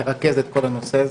לרכז את כל הנושא הזה,